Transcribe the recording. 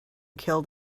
killed